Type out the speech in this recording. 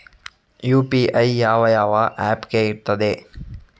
UPI ಯಾವ ಯಾವ app ಗೆ ಇರ್ತದೆ?